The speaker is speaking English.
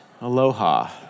aloha